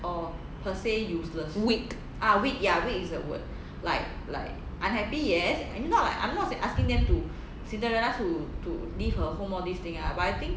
weak